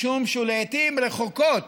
משום שלעיתים רחוקות